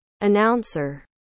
Announcer